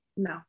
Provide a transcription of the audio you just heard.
No